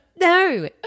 no